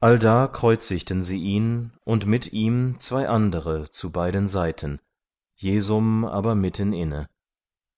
allda kreuzigten sie ihn und mit ihm zwei andere zu beiden seiten jesum aber mitteninne